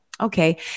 okay